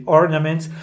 ornaments